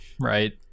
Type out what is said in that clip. right